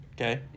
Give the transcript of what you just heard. okay